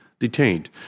detained